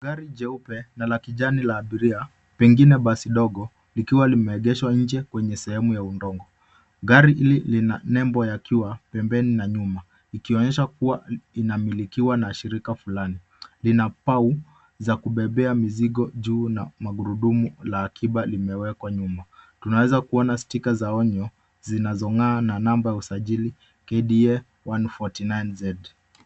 Gari jeupe na la kijani la abiria pengine basi dogo likiwa limeegeshwa nje kwenye sehemu ya udongo. Gari hili lina nembo ya KIWA pembeni na nyuma ikionyesha kuwa linamilikiwa na shirika fulani. Lina pau za kubebea mizigo juu na magurudumu la akiba limewekwa nyuma. Tunaweza kuona sticker za onyo zinazong'aa na namba ya usajili KDA 149Z .